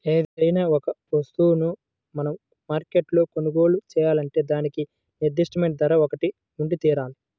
ఏదైనా ఒక వస్తువును మనం మార్కెట్లో కొనుగోలు చేయాలంటే దానికి నిర్దిష్టమైన ధర ఒకటి ఉండితీరాలి